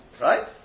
Right